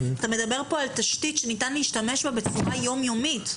אתה מדבר כאן על תשתית שניתן להשתמש בה בצורה יום יומית.